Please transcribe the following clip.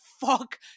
fuck